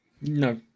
no